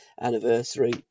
anniversary